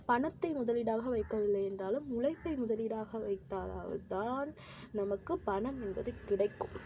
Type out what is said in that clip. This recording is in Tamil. பணத்தை முதலீடாக வைக்கவில்லை என்றாலும் உழைப்பை முதலீடாக வைத்தாலாவது தான் நமக்கு பணம் என்பது கிடைக்கும்